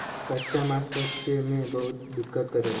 कच्चा मांस पचे में बहुत दिक्कत करेला